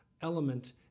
element